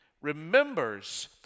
remembers